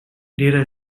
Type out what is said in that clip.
data